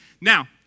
Now